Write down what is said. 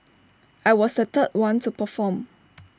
I was the third one to perform